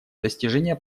достижение